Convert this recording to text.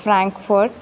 Frankfurt